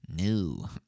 no